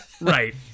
right